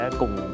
cùng